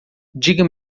diga